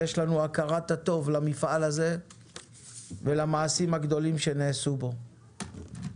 יש לנו הכרת הטוב למפעל הזה ולמעשים הגדולים שנעשו בו.